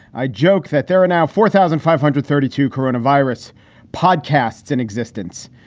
i joke that there are now four thousand five hundred thirty two coronavirus podcasts in existence.